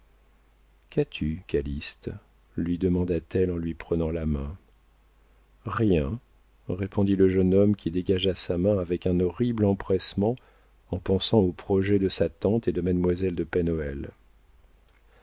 qu'as-tu calyste lui demanda-t-elle en lui prenant la main rien répondit le jeune homme qui dégagea sa main avec un horrible empressement en pensant aux projets de sa tante et de mademoiselle de